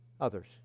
others